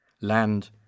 Land